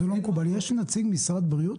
זה לא מקובל, יש בדיון גם נציג משרד הבריאות?